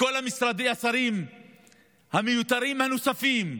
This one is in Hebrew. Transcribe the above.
כל משרדי השרים המיותרים הנוספים,